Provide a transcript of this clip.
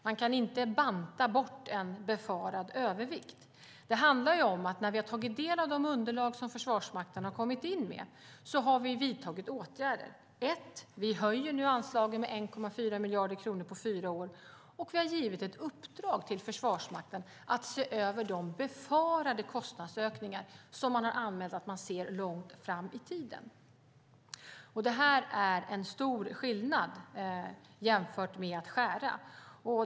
Man kan inte banta bort en befarad övervikt. Det handlar om att vi har vidtagit åtgärder när vi har tagit del av de underlag som Försvarsmakten har kommit in med. Vi höjer nu anslagen med 1,4 miljarder kronor på fyra år, och vi har givit ett uppdrag till Försvarsmakten att se över de befarade kostnadsökningar som man har anmält att man ser långt fram i tiden. Det är stor skillnad jämfört med att skära ned.